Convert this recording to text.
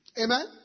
Amen